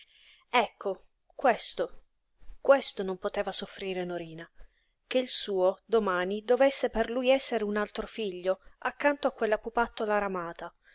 ecco questo questo non poteva soffrire norina che il suo domani dovesse per lui essere un altro figlio accanto a quella pupattola ramata